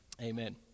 Amen